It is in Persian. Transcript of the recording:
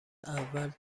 اول